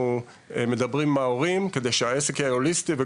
מדברים עם ההורים כדי שהעסק יהיה הוליסטי.